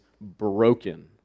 broken